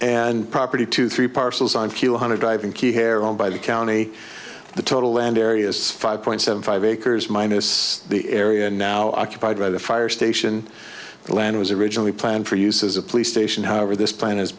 and property to three parcels on q one hundred driving key here owned by the county the total land area is five point seven five acres mine is the area now occupied by the fire station the land was originally planned for use as a police station however this plan has